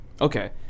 Okay